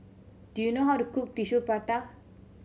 do you know how to cook Tissue Prata